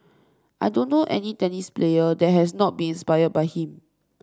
I don't know any tennis player that has not been inspire by him